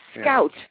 Scout